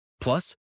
Plus